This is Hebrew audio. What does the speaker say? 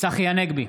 צחי הנגבי,